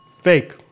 Fake